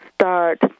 start